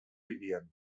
hirian